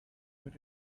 were